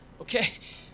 Okay